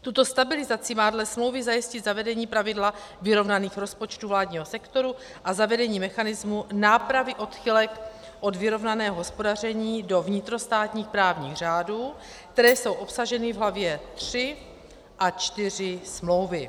Tuto stabilizaci má dle smlouvy zajistit zavedení pravidla vyrovnaných rozpočtů vládního sektoru a zavedení mechanismu nápravy odchylek od vyrovnaného hospodaření do vnitrostátních právních řádů, které jsou obsaženy v hlavě III a IV smlouvy.